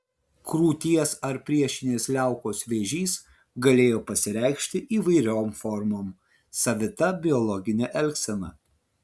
krūties ar priešinės liaukos vėžys galėjo pasireikšti įvairiom formom savita biologine elgsena